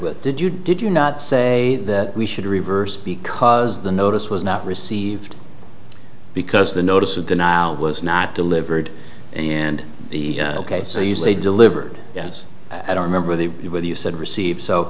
with did you did you not say that we should reverse because the notice was not received because the notice of denial was not delivered and the ok so you say delivered as i don't remember the you when you said received so